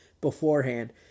beforehand